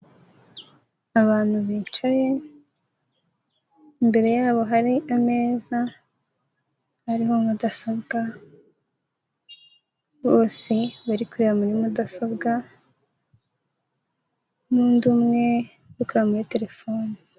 Abantu bicaye imbere yabo hari ameza ariho mudasobwa, bose bari kureba muri mudasobwa n'undi umwe uri gukora muri telefone.